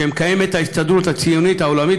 שההסתדרות הציונית העולמית